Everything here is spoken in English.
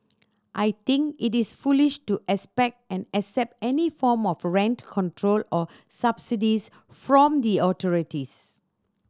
I think it is foolish to expect and accept any form of rent control or subsidies from the authorities